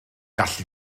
gallu